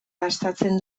gastatzen